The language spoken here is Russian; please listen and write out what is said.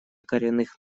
коренных